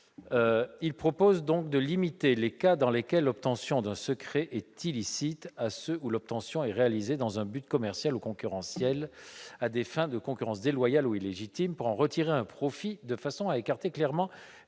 tendent à limiter les cas dans lesquels l'obtention d'un secret est illicite à ceux où cette obtention est réalisée dans un but commercial ou concurrentiel, à des fins de concurrence déloyale ou illégitime, pour en retirer un profit, de façon à écarter clairement